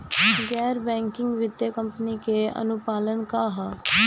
गैर बैंकिंग वित्तीय कंपनी के अनुपालन का ह?